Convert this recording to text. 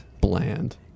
Bland